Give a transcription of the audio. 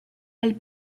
elle